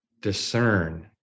discern